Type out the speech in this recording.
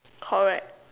correct